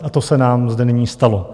A to se nám zde nyní stalo.